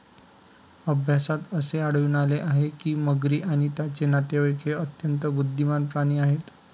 अभ्यासात असे आढळून आले आहे की मगरी आणि त्यांचे नातेवाईक हे अत्यंत बुद्धिमान प्राणी आहेत